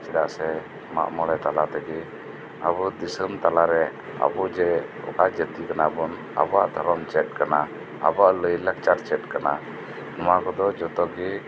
ᱪᱮᱫᱟᱜ ᱥᱮ ᱢᱟᱜᱽ ᱢᱚᱬᱮ ᱛᱟᱞᱟ ᱛᱮᱜᱤ ᱟᱵᱩ ᱫᱤᱥᱟᱹᱢ ᱛᱟᱞᱟᱨᱮ ᱟᱵᱩᱡᱮ ᱚᱠᱟ ᱡᱟᱹᱛᱤ ᱠᱟᱱᱟᱵᱩᱱ ᱟᱵᱩᱣᱟᱜ ᱫᱷᱚᱨᱚᱢ ᱪᱮᱫ ᱠᱟᱱᱟ ᱟᱵᱩᱣᱟᱜ ᱞᱟᱭ ᱞᱟᱠᱪᱟᱨ ᱪᱮᱫ ᱠᱟᱱᱟ ᱱᱚᱣᱟ ᱠᱚᱫᱚ ᱡᱚᱛᱚᱜᱤ